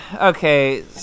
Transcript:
Okay